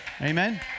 Amen